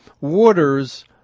waters